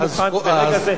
אני מוכן ברגע זה,